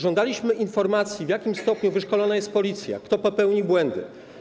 Żądaliśmy informacji, w jakim stopniu wyszkolona jest policja, kto popełnił błędy.